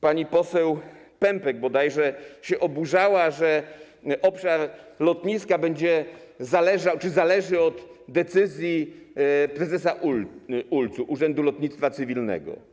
Pani poseł Pępek bodajże się oburzała, że obszar lotniska będzie zależał czy zależy od decyzji prezesa ULC, prezesa Urzędu Lotnictwa Cywilnego.